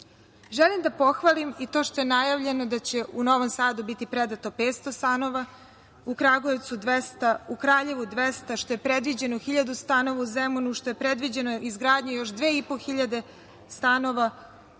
Vučić. Želim da pohvalim i to što je najavljeno da će u Novom Sadu biti predato 500 stanova, u Kraljevu 200, što je predviđeno 1000 stanova u Zemunu, što je predviđena izgradnja još 2500 stanova